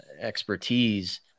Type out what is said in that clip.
expertise